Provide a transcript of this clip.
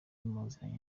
muziranye